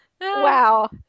wow